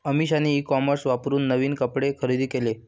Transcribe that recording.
अमिषाने e commerce वापरून नवीन कपडे खरेदी केले